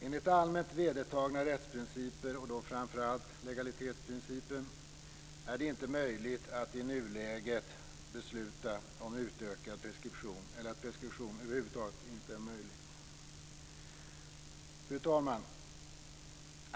Enligt allmänt vedertagna rättsprinciper, och då framför allt legalitetsprincipen, är det inte möjligt att i nuläget besluta om utökad preskription eller att preskription över huvud taget inte är möjlig. Fru talman!